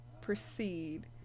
proceed